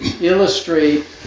illustrate